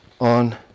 on